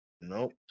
Nope